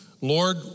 Lord